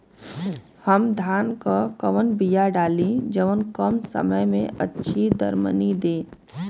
हम धान क कवन बिया डाली जवन कम समय में अच्छा दरमनी दे?